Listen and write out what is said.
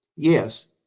yes.